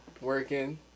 working